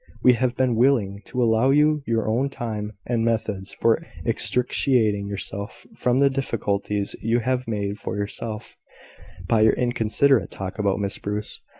we have been willing to allow you your own time and methods for extricating yourself from the difficulties you have made for yourself by your inconsiderate talk about miss bruce.